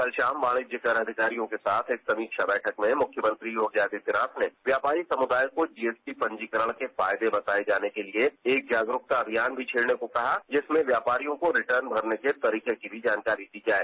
कल शाम वाणिज्य कर अधिकारियों के साथ एक समीक्षा बैठक में मुख्यमंत्री योगी आदित्यनाथ ने व्यापारी समदाय को जीएसटी पंजीकरण के फायदे बताये जाने के लिए एक जागरुकता अभियान भी छेड़ने को कहा जिसमें व्यापारियों को रिर्टन भरने के तरीके की भी जानकारी दी जाये